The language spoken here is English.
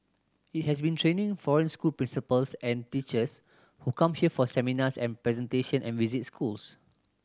it has been training foreign school principals and teachers who come here for seminars and presentation and visit schools